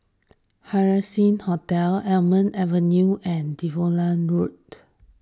Haising Hotel Almond Avenue and Devonshire Road